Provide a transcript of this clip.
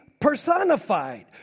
personified